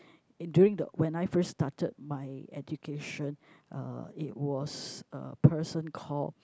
in during the when I first started my education uh it was a person called